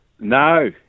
No